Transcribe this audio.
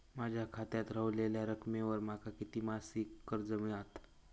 माझ्या खात्यात रव्हलेल्या रकमेवर माका किती मासिक कर्ज मिळात?